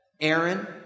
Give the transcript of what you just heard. Aaron